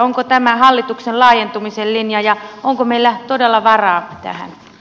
onko tämä hallituksen laajentumisen linja ja onko meillä todella varaa tähän